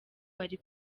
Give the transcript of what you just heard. bari